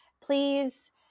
please